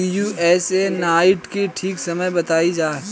Pusa nine के ठीक समय बताई जाई?